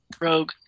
rogue